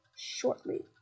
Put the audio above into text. shortly